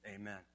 Amen